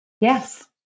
yes